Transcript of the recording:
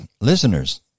listeners